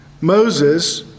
Moses